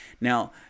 Now